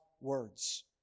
words